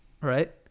right